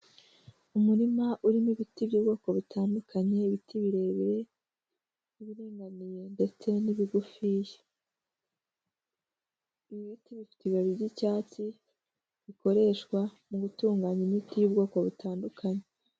Umurima urimo ibiti by'ubwoko butandukanye, ibiti birebire, ibiringaniye ndetse n'ibigufiya, ibi biti bifite ibibabi by'icyatsi bikoreshwa mu gutuganya imiti y'ubwoko butandukanye.